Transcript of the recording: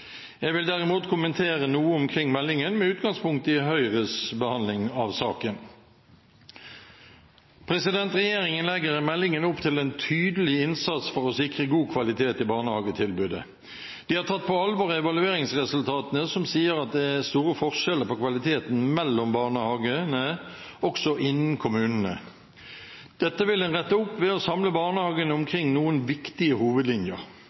Jeg vil derimot kommentere noe omkring meldingen med utgangspunkt i Høyres behandling av saken. Regjeringen legger i meldingen opp til en tydelig innsats for å sikre god kvalitet i barnehagetilbudet. De har tatt på alvor evalueringsresultatene, som sier at det er store forskjeller på kvaliteten mellom barnehagene, også innen kommunene. Dette vil en rette opp ved å samle barnehagene omkring noen viktige hovedlinjer.